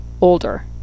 older